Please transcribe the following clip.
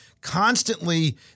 constantly